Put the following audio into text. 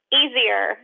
easier